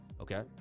Okay